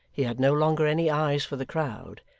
he had no longer any eyes for the crowd,